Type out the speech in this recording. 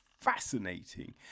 Fascinating